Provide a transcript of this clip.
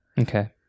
Okay